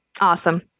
Awesome